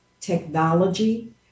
technology